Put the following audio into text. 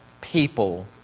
people